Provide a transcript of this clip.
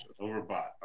Overbought